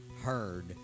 heard